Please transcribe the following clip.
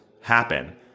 happen